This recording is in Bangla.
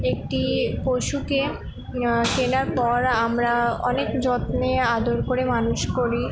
একটি পশুকে চেনার পর আমরা অনেক যত্নে আদর করে মানুষ করি